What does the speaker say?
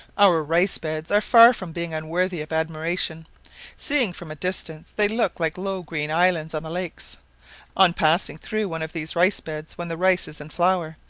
our rice-beds are far from being unworthy of admiration seen from a distance they look like low green islands on the lakes on passing through one of these rice-beds when the rice is in flower,